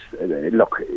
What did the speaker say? look